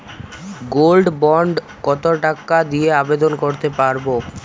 Gold bond কত টাকা দিয়ে আবেদন করতে পারবো?